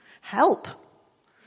Help